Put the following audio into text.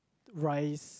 rice